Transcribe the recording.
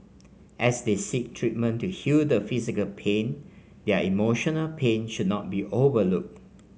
as they seek treatment to heal the physical pain their emotional pain should not be overlooked